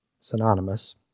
synonymous